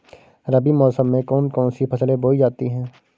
रबी मौसम में कौन कौन सी फसलें बोई जाती हैं?